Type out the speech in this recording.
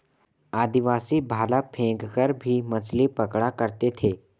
आदिवासी भाला फैंक कर भी मछली पकड़ा करते थे